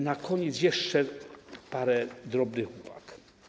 Na koniec jeszcze parę drobnych uwag.